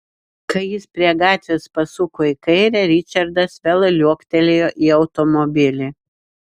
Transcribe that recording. kai jis prie gatvės pasuko į kairę ričardas vėl liuoktelėjo į automobilį